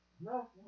No